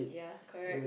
yeah correct